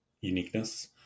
uniqueness